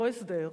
אותו הסדר